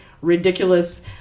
ridiculous